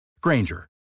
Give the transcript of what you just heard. Granger